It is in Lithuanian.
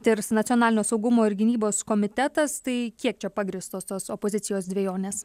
tirs nacionalinio saugumo ir gynybos komitetas tai kiek čia pagrįstos tos opozicijos dvejonės